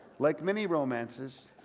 like many romances.